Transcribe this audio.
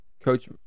coach